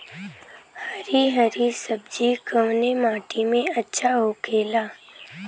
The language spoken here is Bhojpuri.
हरी हरी सब्जी कवने माटी में अच्छा होखेला?